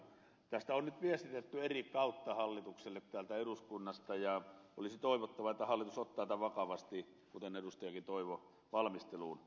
tästä on nyt viestitetty eri kautta hallitukselle täältä eduskunnasta ja olisi toivottavaa että hallitus ottaa tämän vakavasti kuten edustajakin toivoi valmisteluun